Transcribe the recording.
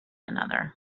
another